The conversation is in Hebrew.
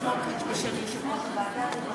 סמוטריץ, בשם יושב-ראש הוועדה.